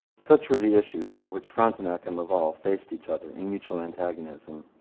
such were the issues over which frontenac and laval faced each other in mutual antagonism.